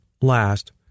Last